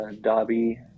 Dobby